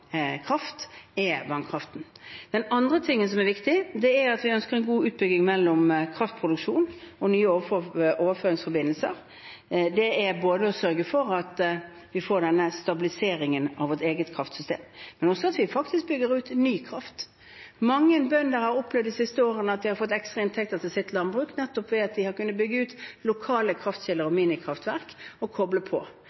er – vannkraften. Det andre som er viktig, er at vi ønsker en god utbygging mellom kraftproduksjon og nye overføringsforbindelser. Det handler både om å sørge for at vi får en stabilisering av vårt eget kraftsystem, og at vi faktisk bygger ut ny kraft. Mange bønder har de siste årene opplevd at de har fått ekstrainntekter til sitt landbruk nettopp ved at de har kunnet bygge ut lokale kraftkilder og